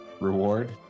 reward